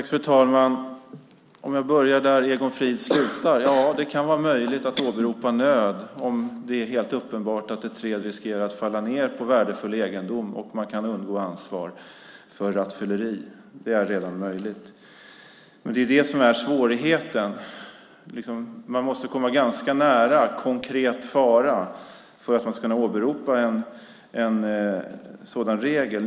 Fru talman! Jag ska börja där Egon Frid slutade. Ja, det kan vara möjligt att åberopa nöd om det är helt uppenbart att ett träd riskerar att falla ned på värdefull egendom och att man kan undgå ansvar för rattfylleri. Det är redan möjligt. Det är det som är svårigheten. Man måste komma ganska nära konkret fara för att man ska kunna åberopa en sådan regel.